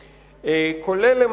כולל,